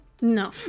No